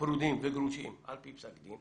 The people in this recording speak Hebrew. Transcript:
פרודים וגרושים על פי פסק דין